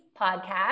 podcast